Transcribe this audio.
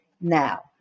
now